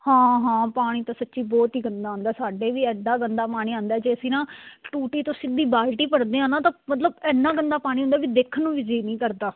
ਹਾਂ ਹਾਂ ਪਾਣੀ ਤਾਂ ਸੱਚੀ ਬਹੁਤ ਹੀ ਗੰਦਾ ਆਉਂਦਾ ਸਾਡੇ ਵੀ ਐਡਾ ਗੰਦਾ ਪਾਣੀ ਆਉਂਦਾ ਜੇ ਅਸੀਂ ਨਾ ਟੂਟੀ ਤੋਂ ਸਿੱਧੀ ਬਾਲਟੀ ਭਰਦੇ ਹਾਂ ਨਾ ਤਾਂ ਮਤਲਬ ਇੰਨਾ ਗੰਦਾ ਪਾਣੀ ਹੁੰਦਾ ਵੀ ਦੇਖਣ ਨੂੰ ਵੀ ਜੀਅ ਨਹੀ ਕਰਦਾ